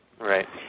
Right